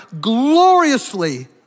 gloriously